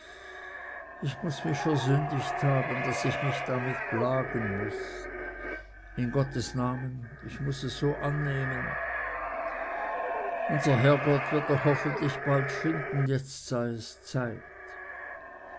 ich muß mich versündigt haben daß ich mich damit muß plagen lassen in gottes namen ich muß es so annehmen unser herrgott wird doch hoffentlich bald finden jetzt sei es zeit